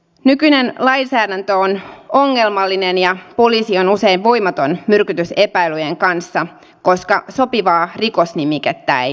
nykyinen lainsäädäntö on ongelmallinen ja poliisi on usein voimaton myrkytysepäilyjen kanssa koska sopivaa rikosnimikettä ei löydy